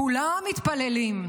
כולם מתפללים.